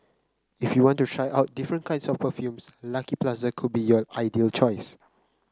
if you want to try out different kinds of perfumes Lucky Plaza could be your ideal choice